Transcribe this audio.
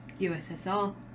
ussr